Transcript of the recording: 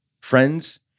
Friends